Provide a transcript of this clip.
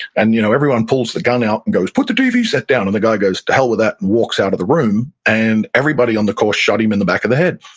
and you know everyone pulls the gun out and goes, put the tv set down, and the guy goes, to hell with that, and walks out of the room. and everybody on the course shot him in the back of the head